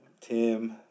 Tim